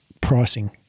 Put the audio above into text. pricing